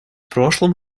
прошлом